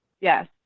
Yes